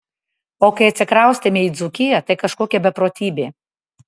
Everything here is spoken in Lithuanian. o kai atsikraustėme į dzūkiją tai kažkokia beprotybė